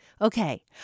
Okay